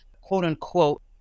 quote-unquote